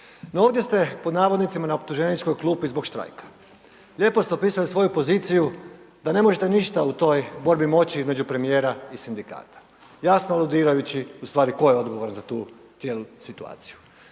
No ovdje se, pod navodnicima na optuženičkoj klupi zbog štrajka. Lijepo ste opisali svoju poziciju da ne možete ništa u toj borbi moći između premijera i sindikata, jasno aludirajući ustvari tko je odgovoran za tu cijelu situaciju.